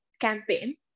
campaign